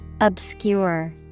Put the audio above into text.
Obscure